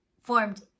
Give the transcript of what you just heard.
formed